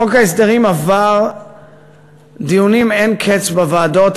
חוק ההסדרים עבר דיונים אין קץ בוועדות,